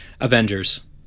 Avengers